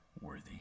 worthy